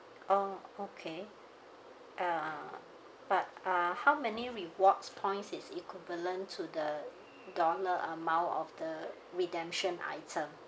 oh okay uh but uh how many rewards points is equivalent to the dollar amount of the redemption item